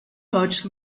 coach